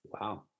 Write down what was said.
Wow